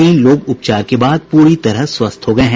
तीन लोग उपचार के बाद पूरी तरह स्वस्थ हो गये हैं